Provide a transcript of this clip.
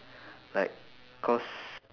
like cause